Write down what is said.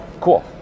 cool